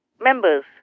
members